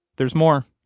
there's more,